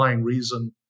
reason